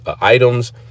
items